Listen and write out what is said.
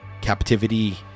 captivity